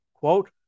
quote